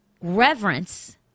Reverence